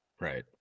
Right